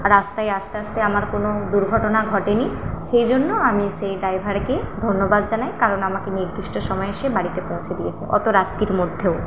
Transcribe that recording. রাস্তায় আসতে আসতে আমার কোনো দুর্ঘটনা ঘটেনি সেই জন্য আমি সেই ড্রাইভারকে ধন্যবাদ জানাই কারণ আমাকে নির্দিষ্ট সময়ে সে বাড়িতে পৌঁছে দিয়েছে অত রাত্রির মধ্যেও